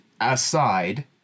aside